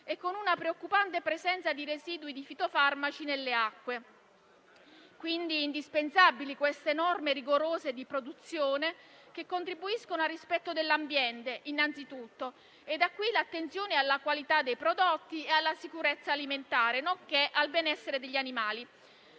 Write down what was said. e con una preoccupante presenza di residui di fitofarmaci nelle acque. Indispensabili, quindi, queste norme rigorose di produzione che contribuiscono innanzitutto al rispetto dell'ambiente. Da qui l'attenzione alla qualità dei prodotti e alla sicurezza alimentare, nonché al benessere degli animali.